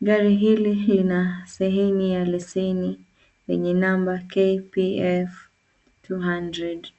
Gari hili lina sehemu ya leseni lenye namba KPF 200.